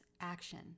action